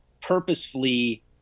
purposefully